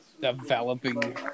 developing